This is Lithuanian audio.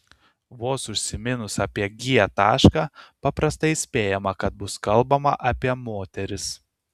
vos užsiminus apie g tašką paprastai spėjama kad bus kalbama apie moteris